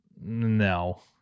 no